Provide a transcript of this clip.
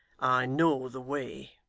know the way